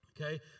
Okay